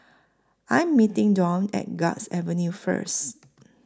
I Am meeting Dwane At Guards Avenue First